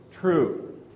true